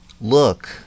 look